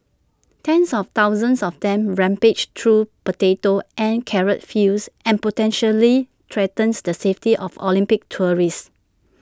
tens of thousands of them rampage through potato and carrot fields and potentially threatens the safety of Olympics tourists